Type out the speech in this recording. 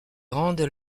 rendent